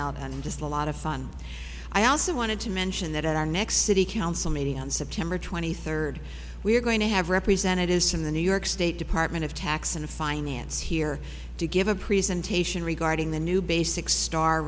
out and just a lot of fun i also wanted to mention that at our next city council meeting on september twenty third we're going to have representatives from the new york state department of tax and finance here to give a presentation regarding the new basic star